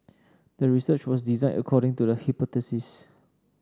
the research was designed according to the hypothesis